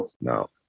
no